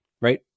right